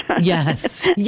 Yes